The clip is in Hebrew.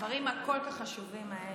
הדברים הכל-כך חשובים האלה,